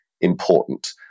important